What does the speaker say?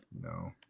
No